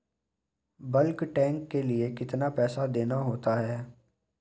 Bulk tank के लिए कितना पैसा देना होता है?